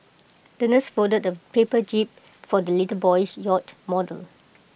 the nurse folded A paper jib for the little boy's yacht model